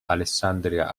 alessandria